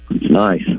Nice